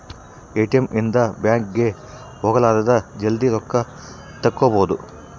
ATM ಇಂದ bank ಗೆ ಹೋಗಲಾರದ ಜಲ್ದೀ ರೊಕ್ಕ ತೆಕ್ಕೊಬೋದು